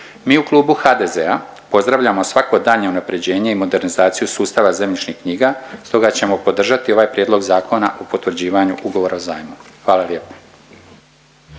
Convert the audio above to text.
Mi u klubu HDZ-a pozdravljamo svako daljnje unapređenje i modernizaciju sustava zemljišnih knjiga, stoga ćemo podržati ovaj Prijedlog zakona o potvrđivanju Ugovora o zajmu. Hvala lijepo.